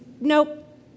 nope